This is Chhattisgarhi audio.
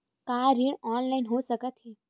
का ऋण ऑनलाइन हो सकत हे?